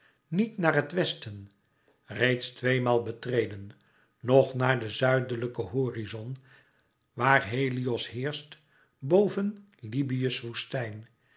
niet naar het westen reeds tweemaal betreden noch naar den zuidelijken horizon waar helios heerscht boven libyë's woestijn